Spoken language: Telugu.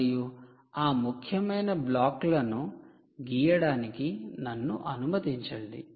మరియు ఆ ముఖ్యమైన బ్లాకులను గీయడానికి నన్ను అనుమతించండి